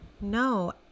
no